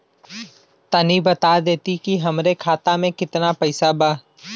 तनि बता देती की हमरे खाता में कितना पैसा बा?